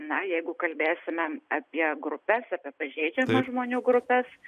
na jeigu kalbėsime apie grupes apie pažeidžiamas žmonių grupes